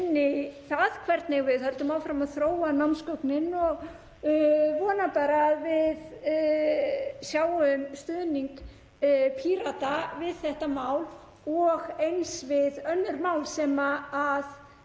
ágætisábendingar um það hvernig við höldum áfram að þróa námsgögnin. Ég vona bara að við sjáum stuðning Pírata við þetta mál og eins við önnur mál sem